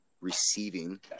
receiving